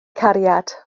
cariad